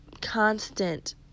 Constant